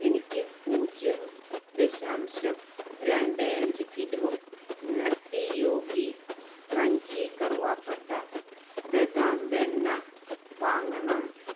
എനിക്ക് പൂജ്യം ദാശാംശം രണ്ടേ അഞ്ച് കിലോ നട്ടി യോഗി ക്രഞ്ചി കറുവാപ്പട്ട ബദാം വെണ്ണ വാങ്ങണം